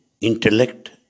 intellect